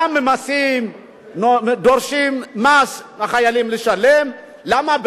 גם ממסים ודורשים מס מהחיילים לשלם, למה?